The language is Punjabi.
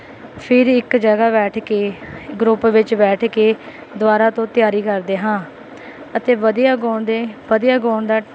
ਫਿਰ ਇੱਕ ਜਗ੍ਹਾ ਬੈਠ ਕੇ ਗਰੁੱਪ ਵਿੱਚ ਬੈਠ ਕੇ ਦੁਬਾਰਾ ਤੋਂ ਤਿਆਰੀ ਕਰਦੇ ਹਾਂ ਅਤੇ ਵਧੀਆ ਗਾਉਣ ਦੇ ਵਧੀਆ ਗਾਉਣ ਦਾ